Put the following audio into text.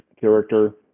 character